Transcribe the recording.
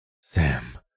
Sam